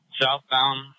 southbound